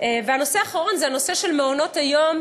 הנושא האחרון זה נושא של מעונות-היום: